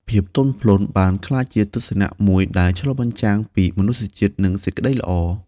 ភាពទន់ភ្លន់បានក្លាយជាទស្សនៈមួយដែលឆ្លុះបញ្ចាំងពីមនុស្សជាតិ និងសេចក្ដីល្អ។